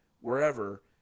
wherever